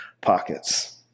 pockets